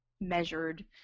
measured